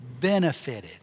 benefited